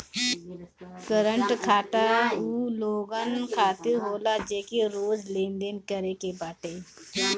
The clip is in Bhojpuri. करंट खाता उ लोगन खातिर होला जेके रोज लेनदेन करे के बाटे